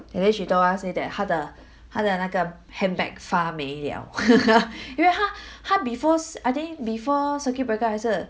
and then she told us say that 她的她的那个 handbag 发霉了 因为她她 before I think before circuit breaker 还是